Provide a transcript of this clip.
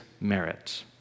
merit